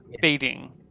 Fading